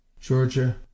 Georgia